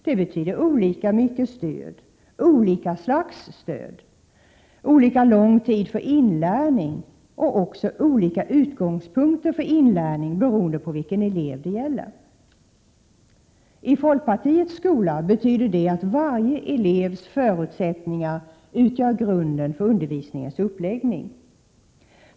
Det innebär olika mycket stöd, olika slags stöd och uppmuntran, olika lång tid för inlärning och också olika utgångspunkter för inlärning beroende på vilken elev det gäller. I folkpartiets skola utgör varje elevs förutsättningar grunden för undervisningens uppläggning.